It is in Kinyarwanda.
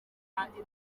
kandi